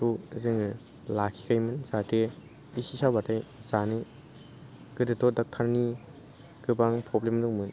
बेखौ जोङो लाखिखायोमोन जाहाथे एसे साबाथाय जानो गोदोथ' डाक्टारनि गोबां प्रब्लेम दंमोन